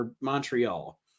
Montreal